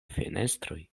fenestroj